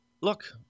look